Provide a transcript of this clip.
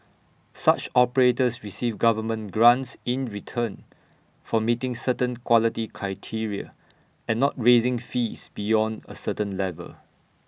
such operators receive government grants in return for meeting certain quality criteria and not raising fees beyond A certain level